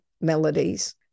melodies